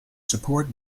support